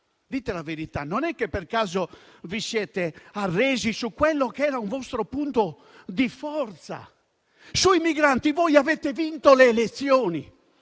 Dite la verità: non è che per caso vi siete arresi su quello che era un vostro punto di forza? Sui migranti avete vinto le elezioni.